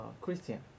Christian